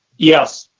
yes.